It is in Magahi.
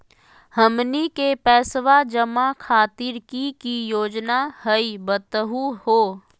हमनी के पैसवा जमा खातीर की की योजना हई बतहु हो?